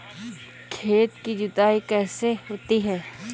खेत की गुड़ाई कैसे होती हैं?